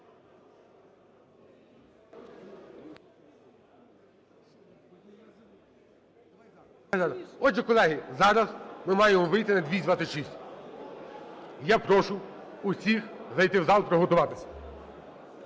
Отже, колеги, зараз ми маємо вийти на 226. Я прошу всіх зайти в зал, приготуватись.